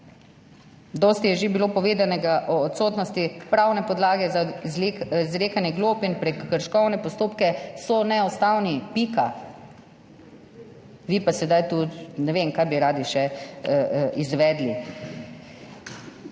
Dosti je že bilo povedanega o odsotnosti pravne podlage za izrekanje glob in prekrškovne postopke – so neustavni, pika. Vi pa bi zdaj tu radi še ne vem kaj izvedli.